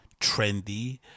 trendy